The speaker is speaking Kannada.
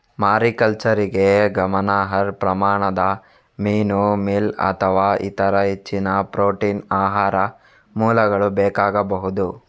ಮಾರಿಕಲ್ಚರಿಗೆ ಗಮನಾರ್ಹ ಪ್ರಮಾಣದ ಮೀನು ಮೀಲ್ ಅಥವಾ ಇತರ ಹೆಚ್ಚಿನ ಪ್ರೋಟೀನ್ ಆಹಾರ ಮೂಲಗಳು ಬೇಕಾಗಬಹುದು